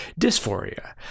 dysphoria